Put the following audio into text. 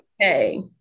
okay